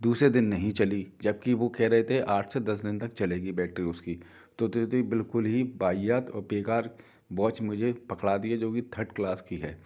दूसरे दिन नहीं चली जब कि वो कह रहे थे आठ से दस दिन तक चलेगी बैटरी उसकी तो बिल्कुल ही वाहियात और बेकार वाच मुझे पकड़ा दिए जो भी थर्ड क्लास की है